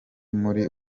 muri